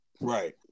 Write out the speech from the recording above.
right